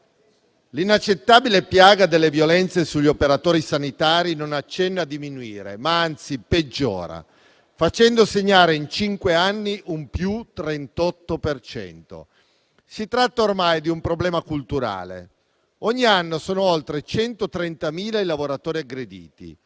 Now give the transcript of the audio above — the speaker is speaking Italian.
l'inaccettabile piaga delle violenze sugli operatori sanitari non accenna a diminuire, anzi peggiora, facendo segnare in cinque anni un più 38 per cento. Si tratta ormai di un problema culturale: ogni anno sono oltre 130.000 i lavoratori aggrediti.